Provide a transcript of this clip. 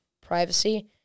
privacy